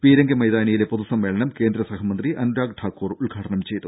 പീരങ്കി മൈതാനിയിലെ പൊതുസമ്മേളനം കേന്ദ്രസഹമന്ത്രി അനുരാഗ് ഠാക്കൂർ ഉദ്ഘാടനം ചെയ്തു